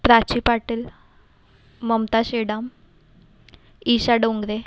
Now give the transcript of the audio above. Prachi Patil Mamta Shedam Isha Dongre